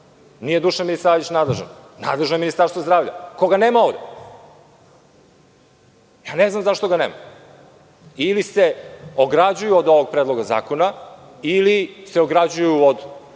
Nije Dušan Milisavljević nadležan. Nadležno je Ministarstvo zdravlja, koga nema ovde. Ne znam zašto ga nema. Ili se ograđuju od ovog predloga zakona, ili se ograđuju od